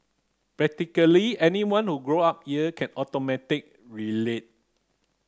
practically anyone who grew up here can automatic relate